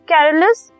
Carolus